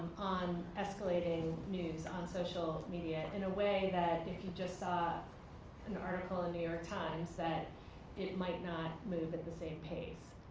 on escalating news on social media in a way that if you just saw an article in the new york times that it might not move at the same pace.